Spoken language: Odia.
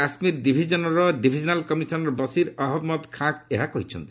କାଶ୍ମୀର ଡିଭିଜନ୍ର ଡିଭିଜ୍ନାଲ୍ କମିଶନର୍ ବସିର୍ ଅହମ୍ମଦ୍ ଖାଁ ଏହା କହିଛନ୍ତି